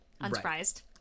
unsurprised